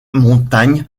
montagnes